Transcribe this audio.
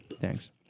Thanks